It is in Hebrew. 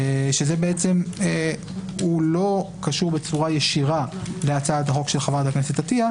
שהוא בעצם לא קשור בצורה ישירה להצעת החוק של חברת הכנסת עטייה,